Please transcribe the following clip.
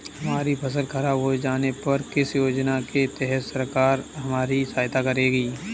हमारी फसल खराब हो जाने पर किस योजना के तहत सरकार हमारी सहायता करेगी?